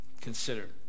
consider